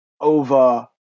over